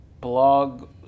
blog